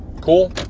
Cool